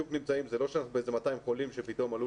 זה לא שאנחנו עם 200 חולים שפתאום מספרם עלול